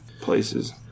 places